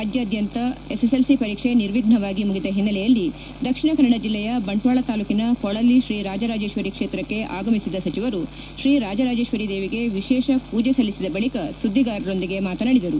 ರಾಜ್ಯಾದ್ಯಂತ ಎಸ್ಸೆಸ್ಲೆಲ್ಲಿ ಪರೀಕ್ಷೆ ನಿರ್ವಿಫ್ಷವಾಗಿ ಮುಗಿದ ಹಿನ್ನೆಲೆಯಲ್ಲಿ ದಕ್ಷಿಣ ಕನ್ನಡ ಜಲ್ಲೆಯ ಬಂಟ್ವಾಳ ತಾಲೂಕಿನ ಪೊಳಲಿ ಶ್ರೀರಾಜರಾಜೇಶ್ವರಿ ಕ್ಷೇತ್ರಕ್ಕೆ ಆಗಮಿಸಿದ ಸಚಿವರು ಶ್ರೀ ರಾಜರಾಜೇಶ್ವರಿ ದೇವಿಗೆ ವಿಶೇಷ ಪೂಜೆ ಸಲ್ಲಿಸಿದ ಬಳಿಕ ಸುದ್ದಿಗಾರರೊಂದಿಗೆ ಮಾತನಾಡಿದರು